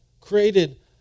created